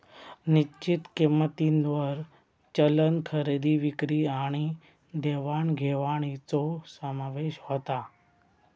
निश्चित किंमतींवर चलन खरेदी विक्री आणि देवाण घेवाणीचो समावेश होता